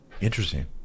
Interesting